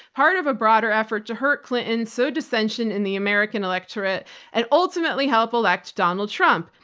part of a broader effort to hurt clinton, sow dissension in the american electorate and ultimately help elect donald trump.